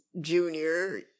junior